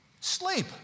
Sleep